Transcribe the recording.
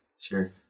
Sure